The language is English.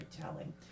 telling